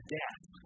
death